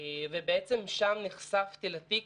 ושם נחשפתי לתיק,